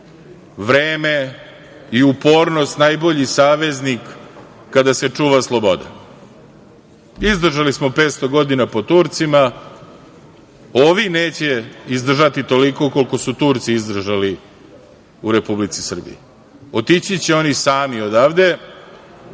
vreme i upornost najbolji saveznik kada se čuva sloboda. Izdržali smo 500 godina pod Turcima. Ovi neće izdržati toliko koliko su Turci izdržali u Republici Srbiji, otići će oni sami odavde. Ne